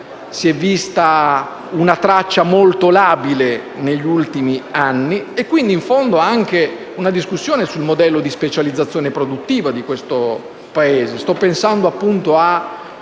si è vista una traccia molto labile negli ultimi anni e, quindi, in fondo, anche una discussione sul modello di specializzazione produttiva del Paese.